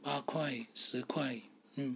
八块十块